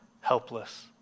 helpless